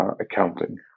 accounting